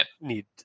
need